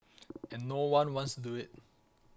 and no one wants to do it